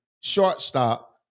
shortstop